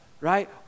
right